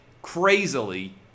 crazily